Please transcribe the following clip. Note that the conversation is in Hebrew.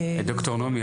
דוקטור נעמי,